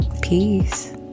Peace